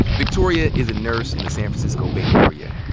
victoria is a nurse in the san francisco bay area,